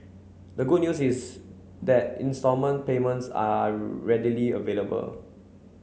the good news is that instalment payments are readily available